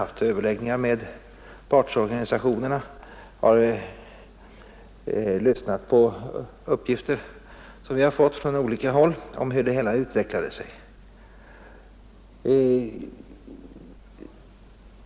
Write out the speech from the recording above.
Jag har haft överläggningar med partsorganisationerna, jag har tagit del av uppgifter som jag fått från olika håll om hur det hela utvecklade sig.